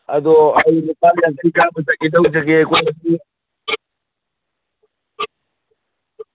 ꯑꯗꯣ ꯑꯩ